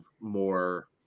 more